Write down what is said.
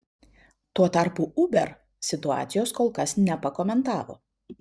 tuo tarpu uber situacijos kol kas nepakomentavo